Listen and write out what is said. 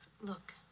Look